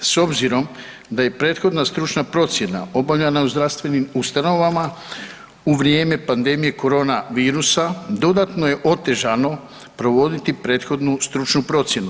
S obzirom da je prethodna stručna procjena obavljena u zdravstvenim ustanovama u vrijeme pandemije corona virusa dodatno je otežano provoditi prethodnu stručnu procjenu.